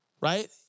right